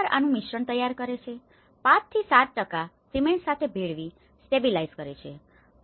તે ખરેખર આનું મિશ્રણ તૈયાર કરે છે 5 થી 7 સિમેન્ટ સાથે ભેળવીને સ્ટેબીલાઈઝ કરે છે